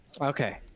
Okay